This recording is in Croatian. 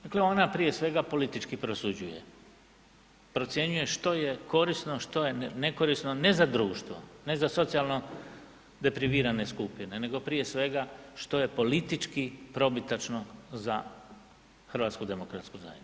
Dakle, ona prije svega politički prosuđuje, procjenjuje što je korisno, što je nekorisno, ne za društvo, ne za socijalno deprivirane skupine, nego prije svega što je politički probitačno za HDZ.